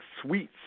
Sweets